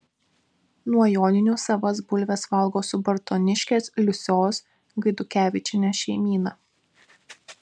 nuo joninių savas bulves valgo subartoniškės liusios gaidukevičienės šeimyna